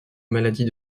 maladie